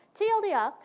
tldr,